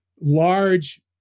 large